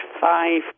five